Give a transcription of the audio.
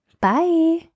Bye